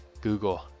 Google